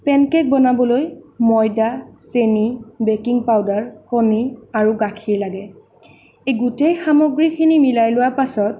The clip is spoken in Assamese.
পেন কেক্ বনাবলৈ ময়দা চেনী বেকিং পাউডাৰ কণী আৰু গাখীৰ লাগে এই গোটেই সামগ্ৰীখিনি মিলাই লোৱাৰ পাছত